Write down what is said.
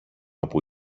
όπου